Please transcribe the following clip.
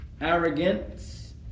arrogance